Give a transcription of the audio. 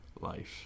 Life